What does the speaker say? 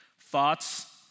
Thoughts